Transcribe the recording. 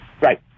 Right